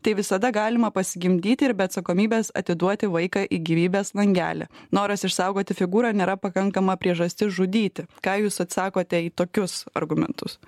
tai visada galima pasigimdyti ir be atsakomybės atiduoti vaiką į gyvybės langelį noras išsaugoti figūrą nėra pakankama priežastis žudyti ką jūs atsakote į tokius argumentus